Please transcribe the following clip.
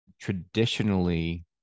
traditionally